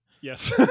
Yes